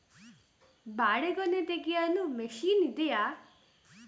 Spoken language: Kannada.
ಬಾಳೆಗೊನೆ ತೆಗೆಯಲು ಮಷೀನ್ ಇದೆಯಾ?